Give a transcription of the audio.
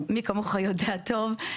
מי כמוך יודע טוב,